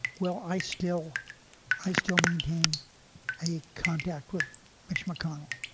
well, i still i still maintain a contact with mitch mcconnell.